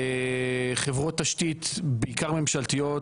זה חברות תשתית בעיקר ממשלתיות